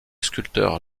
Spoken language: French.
sculpteur